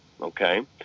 Okay